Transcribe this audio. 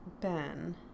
Ben